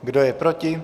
Kdo je proti?